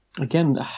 Again